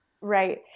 Right